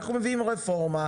אנחנו מביאים רפורמה,